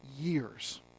years